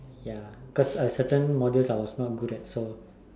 ya cause uh certain modules I'm not good at so